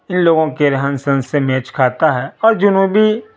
ان لوگوں کے رہن سہن سے میچ کھاتا ہے اور جنوبی